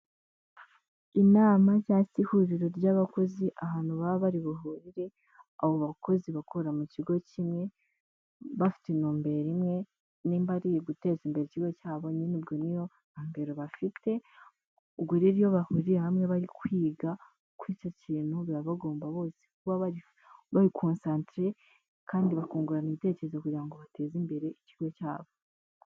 Inama nshyashya ihuriro ry'abakozi ahantu baba bari buhurere, abo bakozi bakora mu kigo kimwe, bafite intumbero imwe niba ari uguteza imbere ikigo cyabo nyine ubwo ni yo ntumbere bafite, ubwo rero iyo bahuriye hamwe bari kwiga kuri icyo kintu baba bagomba bose kuba bari konsantere kandi bakungurana ibitekerezo, kugira ngo bateze imbere ikigo cyabo.